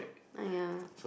!aiya!